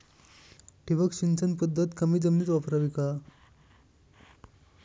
ठिबक सिंचन पद्धत कमी जमिनीत वापरावी का?